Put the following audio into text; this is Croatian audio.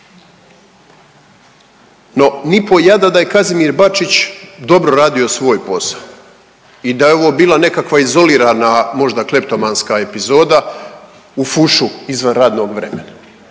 No ni po jada da je Kazimir Bačić dobro radio svoj posao i da je ovo bila nekakva izolirana možda kleptomanska epizoda u fušu izvan radnog vremena,